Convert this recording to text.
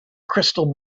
crystal